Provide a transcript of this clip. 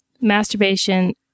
masturbation